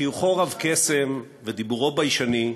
חיוכו רב-קסם ודיבורו ביישני.